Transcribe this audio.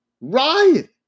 Riot